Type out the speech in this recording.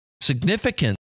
Significant